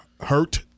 hurt